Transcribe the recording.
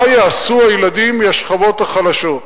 מה יעשו הילדים מהשכבות החלשות?